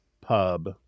pub